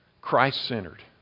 Christ-centered